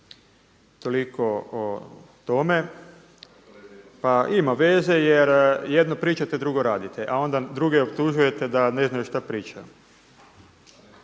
Toliko o tome. Pa ima veze jer jedno pričate, drugo radite, a onda druge optužujete da ne znaju šta pričaju.